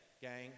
gang